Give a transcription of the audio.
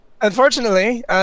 unfortunately